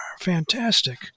fantastic